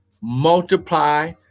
multiply